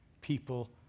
people